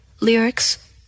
lyrics